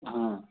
हाँ